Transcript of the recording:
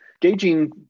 gauging